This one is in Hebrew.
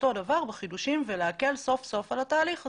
הדבר בחידושים ולהקל סוף סוף על התהליך הזה.